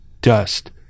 dust